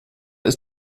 ist